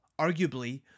arguably